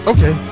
Okay